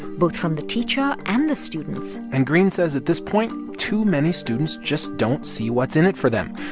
both from the teacher and the students and greene says, at this point, too many students just don't see what's in it for them.